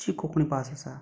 जी कोंकणी भास आसा